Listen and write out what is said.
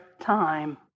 time